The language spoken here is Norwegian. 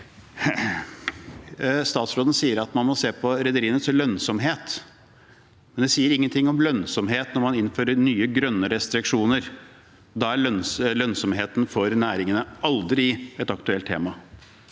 Statsråden sier at man må se på rederienes lønnsomhet, men det sies ingenting om lønnsomhet når man innfører nye grønne restriksjoner. Da er lønnsomheten for næringene aldri et aktuelt tema.